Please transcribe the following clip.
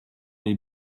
les